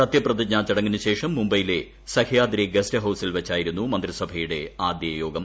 സ്ത്യപ്രതിജ്ഞാ ചടങ്ങിനുശേഷം മുംബൈയിലെ സഹ്യാദ്രി ഗസ്റ്റ് ഹൌസിൽ വച്ചായിരുന്നു മന്ത്രിസഭയുടെ ആദ്യ യോഗം